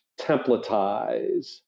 templatize